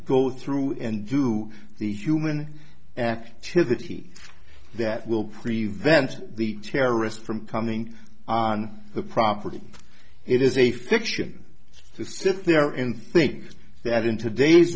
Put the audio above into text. go through and do the human activity that will prevent the terrorist from coming on the property it is a fiction to sit there and think that in today's